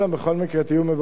בכל מקרה, תהיו מבורכות.